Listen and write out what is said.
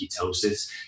ketosis